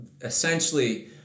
essentially